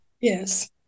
yes